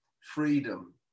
freedom